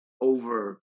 over